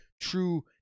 true